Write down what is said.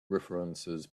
references